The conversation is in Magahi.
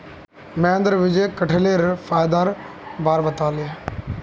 महेंद्र विजयक कठहलेर फायदार बार बताले